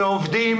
שעובדים